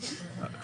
אבל חבר הכנסת מרגי,